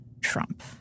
Trump